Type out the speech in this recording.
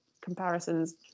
comparisons